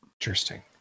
Interesting